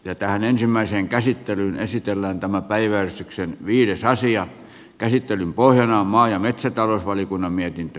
ja tähän ensimmäiseen käsittelyyn esitellään tämä päiväystyksen viides aasian käsittelyn pohjana on maa ja metsätalousvaliokunnan mietintö